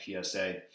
PSA